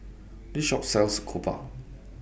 This Shop sells Jokbal